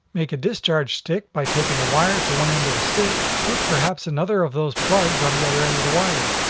make a discharge stick by taping a wire to the end of a stick, with perhaps another of those plugs on the other end of the wire.